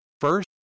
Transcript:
First